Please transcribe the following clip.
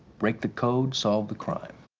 break the code, solve the crime.